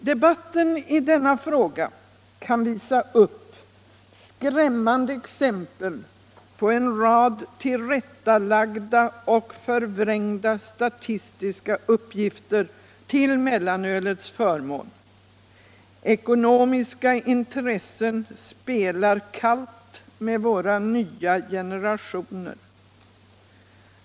Debatten i denna fråga kan visa upp skrämmande exempel på en rad tillrättalagda och förvrängda statistiska uppgifter till mellanölets förmån. Ekonomiska intressen spelar kallt med våra nya generationer.